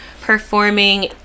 performing